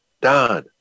done